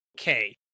okay